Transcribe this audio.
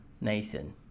Nathan